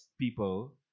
people